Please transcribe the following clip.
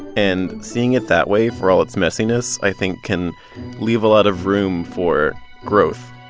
and seeing it that way, for all its messiness, i think can leave a lot of room for growth